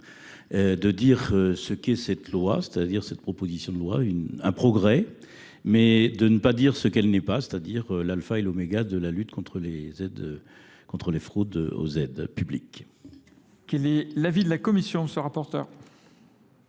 de dire ce qu'est cette loi, c'est-à-dire cette proposition de loi, un progrès, mais de ne pas dire ce qu'elle n'est pas, c'est-à-dire l'alpha et l'oméga de la lutte contre les fraudes aux aides publiques. Quel est l'avis de la Commission, ce rapporteur ?